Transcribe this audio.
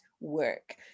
work